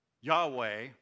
Yahweh